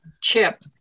chip